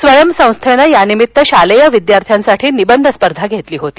स्वयम संस्थेनं यानिमित्त शालेय विद्यार्थ्यांसाठी निबंध स्पर्धा घेतली होती